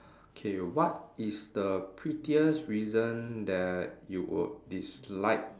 okay what is the prettiest reason that you will dislike